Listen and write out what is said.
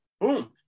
Boom